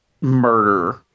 murder